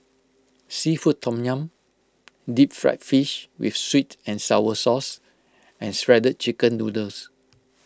Seafood Tom Yum Deep Fried Fish with Sweet and Sour Sauce and Shredded Chicken Noodles